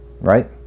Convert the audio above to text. right